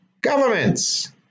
governments